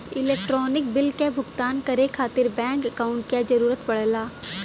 electronic bill क भुगतान करे खातिर बैंक अकांउट क जरूरत पड़ला